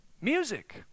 Music